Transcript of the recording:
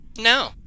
No